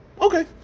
okay